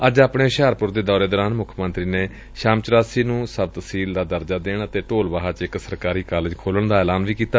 ਅੱਜ ਆਪਣੇ ਹੁਸ਼ਿਆਰਪੁਰ ਦੇ ਦੌਰੇ ਦੌਰਾਨ ਮੁੱਖ ਮੰਤਰੀ ਨੇ ਸ਼ਮਚੁਰਾਸੀ ਨੂੰ ਸਬ ਤਸੀਲ ਦਾ ਦਰਜਾ ਦੇਣ ਅਤੇ ਢੋਲਬਾਹਾ ਚ ਇਕ ਸਰਕਾਰੀ ਕਾਲਿਜ ਖੋਲੁਣ ਦਾ ਐਲਾਨ ਵੀ ਕੀਤਾ